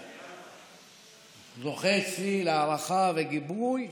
זוכה אצלי להערכה ולגיבוי,